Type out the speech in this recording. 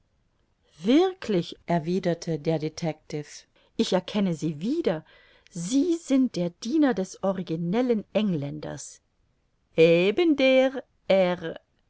wirklich erwiderte der detectiv ich erkenne sie wieder sie sind der diener des originellen engländers eben der herr